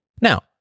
Now